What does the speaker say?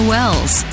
Wells